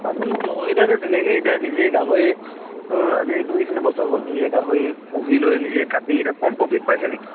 চাচোন মোৰ লগৰ কেইটাইটো তেনেকৈয়ে এতিয়া নিজে গাহৰি তোৰ আজি দুই তিনি বছৰ হ'ল নিজে গাহৰি পুহি লৈ নিজে কাটি এতিয়া কম প্ৰফিট পাইছে নেকি